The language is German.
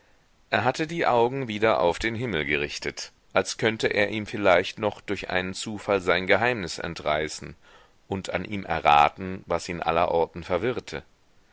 er hatte die augen wieder auf den himmel gerichtet als könnte er ihm vielleicht noch durch einen zufall sein geheimnis entreißen und an ihm erraten was ihn allerorten verwirrte